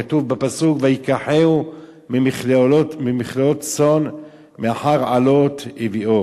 כתוב בפסוק: "ויקחהו ממכלאֹת צאן מאחר עלות הביאו,